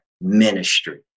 ministry